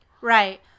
Right